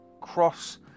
cross